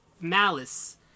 Malice